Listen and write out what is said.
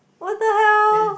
what the hell